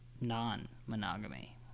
non-monogamy